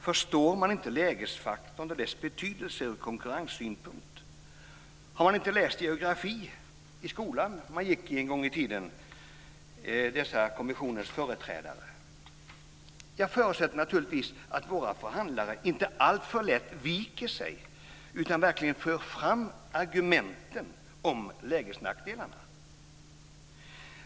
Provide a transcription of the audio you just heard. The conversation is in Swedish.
Förstår man inte lägesfaktorn och dess betydelse ur konkurrenssynpunkt? Har dessa kommissionens företrädare inte läst geografi i skolan, som de gick i en gång i tiden? Jag förutsätter naturligtvis att våra förhandlare inte viker sig alltför lätt utan att de verkligen för fram argumenten om lägesnackdelarna.